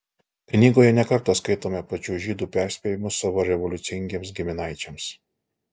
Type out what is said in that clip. knygoje ne kartą skaitome pačių žydų perspėjimus savo revoliucingiems giminaičiams